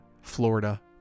Florida